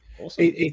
awesome